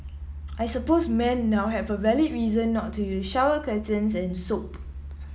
I suppose men now have a valid reason not to use shower curtains and soap